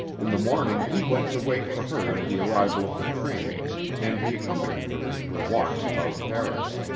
in the morning he went to wait for her at the arrival of the train and he accompanied her in her walks about paris.